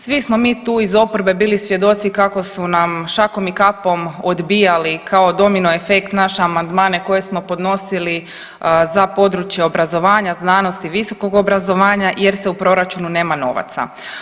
Svi smo mi tu iz oporbe bili svjedoci kako su nam šakom i kapom odbijali kao domino efekt naše amandmane koje smo podnosili za područje obrazovanja, znanosti, visokog obrazovanja jer se u proračunu nema novaca.